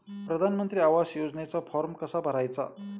प्रधानमंत्री आवास योजनेचा फॉर्म कसा भरायचा?